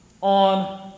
on